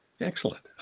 Excellent